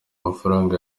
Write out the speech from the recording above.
amafaranga